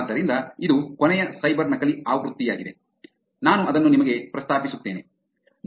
ಆದ್ದರಿಂದ ಇದು ಕೊನೆಯ ಸೈಬರ್ ನಕಲಿ ಆವೃತ್ತಿಯಾಗಿದೆ ನಾನು ಅದನ್ನು ನಿಮಗೆ ಪ್ರಸ್ತಾಪಿಸುತ್ತೇನೆ